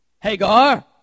Hagar